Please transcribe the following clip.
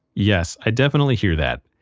yes. i definitely hear that.